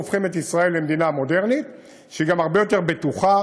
אנחנו הופכים את ישראל למדינה מודרנית שהיא גם הרבה יותר בטוחה.